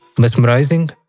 Mesmerizing